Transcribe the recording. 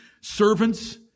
servants